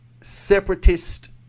separatist